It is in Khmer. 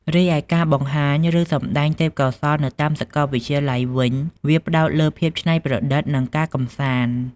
រីឯការបង្ហាញ ឬ សម្ដែងទេពកោសល្យនៅតាមសកលវិទ្យាល័យវិញ វាផ្តោតលើភាពច្នៃប្រឌិត និងការកំសាន្ត។